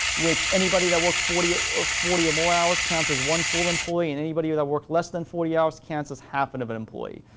which anybody that worked forty or forty or more hours counts as one full employee, and anybody that worked less than forty hours counts as half and of an employee.